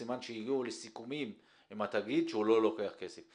סימן שהגיעו לסיכומים עם התאגיד שהוא לא לוקח כסף.